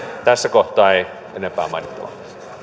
tässä kohtaa ei enempää mainittavaa